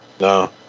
No